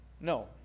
No